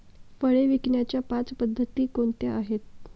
फळे विकण्याच्या पाच पद्धती कोणत्या आहेत?